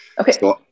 Okay